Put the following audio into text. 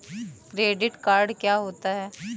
Credit card क्या होता है?